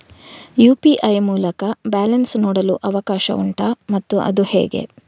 UPI ಮೂಲಕ balance ನೋಡಲು ಅವಕಾಶ ಉಂಟಾ ಮತ್ತು ಅದು ಹೇಗೆ?